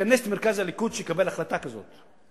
כנס את מרכז הליכוד שיקבל החלטה כזאת,